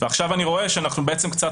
אבל עכשיו אני רואה שאנחנו בעצם קצת